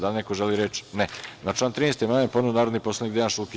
Da li neko želi reč? (Ne) Na član 13. amandman je podneo narodni poslanik Dejan Šulkić.